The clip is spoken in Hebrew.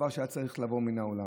זה דבר שהיה צריך לעבור מן העולם.